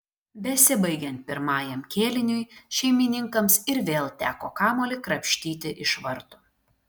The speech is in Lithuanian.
besibaigiant pirmajam kėliniui šeimininkams ir vėl teko kamuolį krapštyti iš vartų